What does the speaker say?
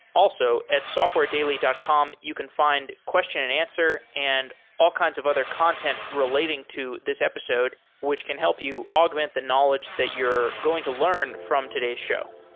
also, at softwaredaily dot com, you can find question and answer and all kinds of other content relating to this episode which can help you augment the knowledge that you're going to learn from today's show